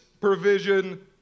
provision